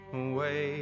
away